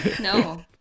No